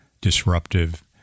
disruptive